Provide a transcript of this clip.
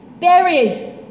buried